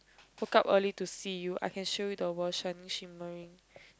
woke up early to see you I can show you the world shining shimmering